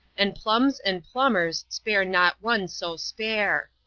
and plums and plumbers spare not one so spare.